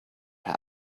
our